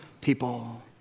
people